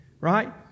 right